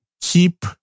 keep